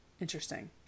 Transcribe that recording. Interesting